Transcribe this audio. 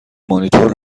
مانیتور